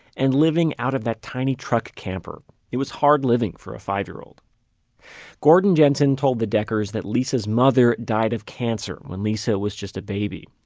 and living out of that tiny truck camper it was hard living for a five year-old gordon jensen told the deckers that lisa's mother died of cancer when lisa was just a baby.